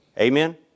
Amen